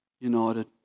united